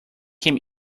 came